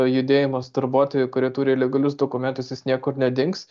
judėjimas darbuotojų kurie turi legalius dokumentus jis niekur nedings